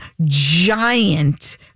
giant